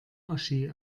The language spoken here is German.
oschi